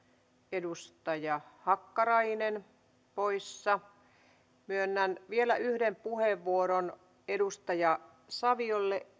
edustaja hakkarainen poissa myönnän vielä yhden puheenvuoron edustaja saviolle